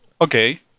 okay